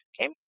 okay